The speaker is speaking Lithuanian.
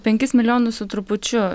penkis milijonus su trupučiu